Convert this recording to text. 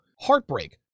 heartbreak